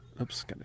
oops